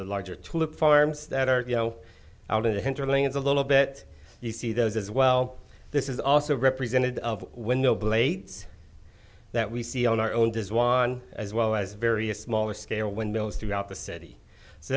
the larger tulip farms that are you know out of the hinterlands a little bit you see those as well this is also represented of window blades that we see on our own does one as well as various smaller scale windmills throughout the city so